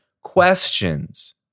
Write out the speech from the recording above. questions